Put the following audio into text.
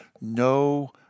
no